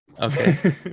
Okay